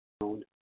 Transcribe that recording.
found